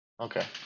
Okay